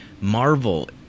Marvel